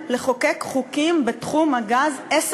אף